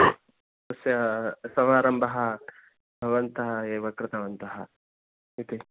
तस्य समारम्भः भवन्तः एव कृतवन्तः इति